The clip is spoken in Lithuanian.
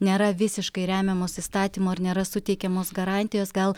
nėra visiškai remiamos įstatymo ir nėra suteikiamos garantijos gal